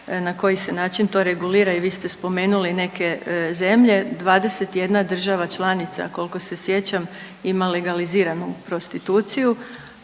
na koji se način to regulira i vi ste spomenuli neke zemlje. 21 država članica koliko se sjećam ima legaliziranu prostituciju,